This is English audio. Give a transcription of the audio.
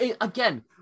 again